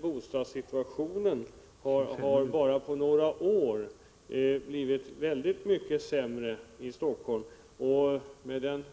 Bostadssituationen har endast på några år blivit väldigt mycket sämre i Helsingfors, och med hänsyn